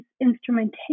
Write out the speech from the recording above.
Instrumentation